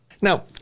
Now